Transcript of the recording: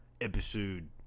episode